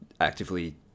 actively